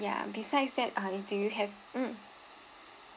yeah besides that uh you do you have mm